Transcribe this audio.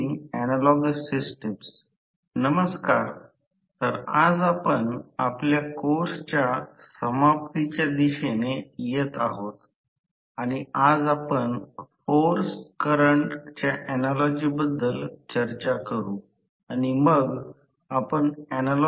आणि ध्रुव π r साठी त्या क्षेत्र प्रवाहाला काय म्हणतात आणि ते परस्पर संदर्भात स्थिर आहेत आणि त्या दरम्यानचा जर आकृती पाहिली तर टॉर्क fr च्या दिशेने विकसित होईल